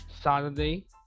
Saturday